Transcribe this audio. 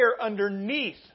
underneath